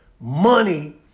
Money